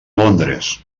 londres